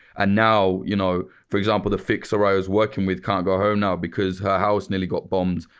and now, you know for example, the fixer i was working with can't go home now because her house nearly got bombed,